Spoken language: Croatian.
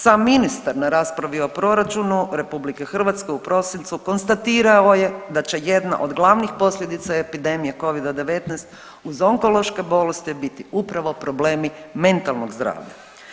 Sam ministar na raspravi o proračunu RH u prosincu konstatirao je da će jedna od glavnih posljedica epidemije covida-19 uz onkološke bolesti biti upravo problemi mentalnog zdravlja.